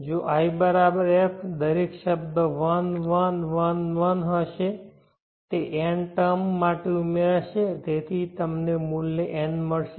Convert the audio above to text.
જો if દરેક શબ્દ 1 1 1 1 હશે તે n ટર્મ માટે ઉમેરશે તેથી તમને મૂલ્ય n મળશે